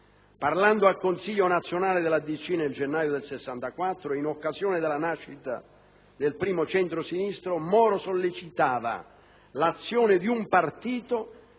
Parlando al Consiglio nazionale della DC, nel gennaio del 1964, in occasione della nascita del primo centrosinistra, Moro sollecitava «l'azione di un partito